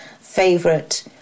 favorite